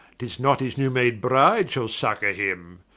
tis not his new-made bride shall succour him.